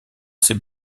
ses